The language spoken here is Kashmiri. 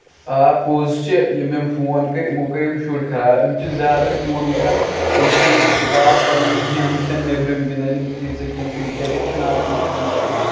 آ پوٚز چھُ یِم یِم فون کٔرۍ یِمو کٔرۍ یِم شُرۍ خراب یِم چھِ زیادٕ فون وٕچھان یِم چھِ نہٕ کِتابہٕ پران گیمہٕ چھِ نہٕ نیبرِم گِندان یِم تیٖژٕ کیٚنہہ کِرکَٹٕچ چھ نہٕ آز کٮ۪ن شُرین پیی